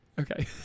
Okay